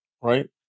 right